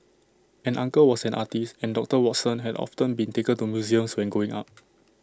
an uncle was an artist and doctor Watson had often been taken to museums when growing up